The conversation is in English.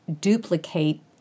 duplicate